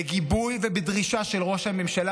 בגיבוי ובדרישה של ראש הממשלה,